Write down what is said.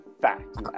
fact